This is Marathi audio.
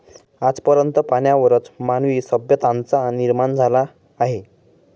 आज पर्यंत पाण्यावरच मानवी सभ्यतांचा निर्माण झाला आहे